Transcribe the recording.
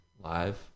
live